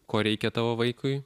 ko reikia tavo vaikui